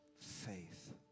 faith